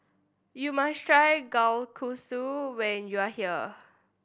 you must try Kalguksu when you are here